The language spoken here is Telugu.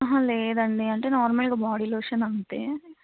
లేదండి అంటే నార్మల్గా బాడీ లోషన్ అంతే